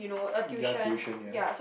ya tuition ya